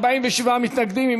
47 מתנגדים.